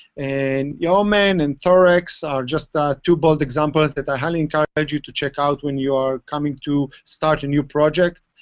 and yeoman and thorax are just two bold examples that i highly encourage you to check out when you are coming to start a new project.